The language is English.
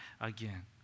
again